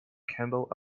kindle